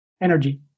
energy